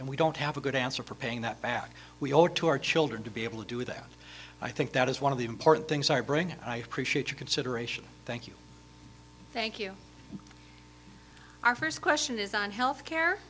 and we don't have a good answer for paying that back we all to our children to be able to do that i think that is one of the important things i bring i appreciate your consideration thank you thank you our first question is on health care